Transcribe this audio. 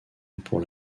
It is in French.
pour